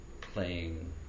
playing